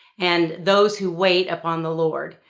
and those who wait upon the lord.